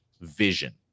vision